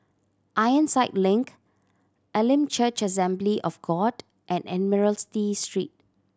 Ironside Link Elim Church Assembly of God and Admiralty Street